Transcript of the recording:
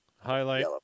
Highlight